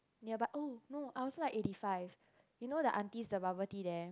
nearby oh no I also like eighty five you know the aunties the bubble tea there